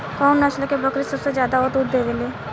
कउन नस्ल के बकरी सबसे ज्यादा दूध देवे लें?